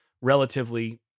relatively